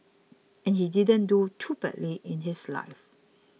and he didn't do too badly in his life